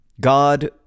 God